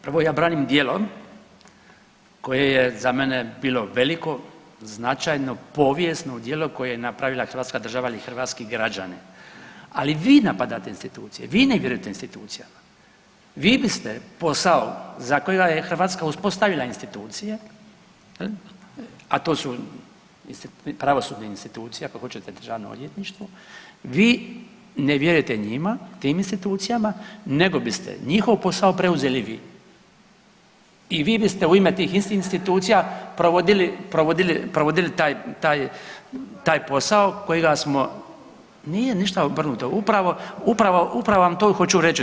Prvo ja branim djelo koje je za mene bilo veliko, značajno, povijesno djelo koje je napravila hrvatska država ili hrvatski građani, ali vi napadate institucije, vi negirate institucije, vi biste posao za koji vam je Hrvatska uspostavila institucije, a to su pravosudne institucije ako hoćete državno odvjetništvo, vi ne vjerujete njima tim institucijama, nego biste njihov posao preuzeli vi i vi biste u ime tih istih institucija provodili, provodili taj posao kojega smo, nije ništa obrnuto, upravo vam to i hoću reći.